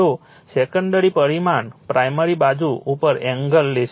તો સેકન્ડરી પરિમાણ પ્રાઇમરી બાજુ ઉપર એંગલ લેશે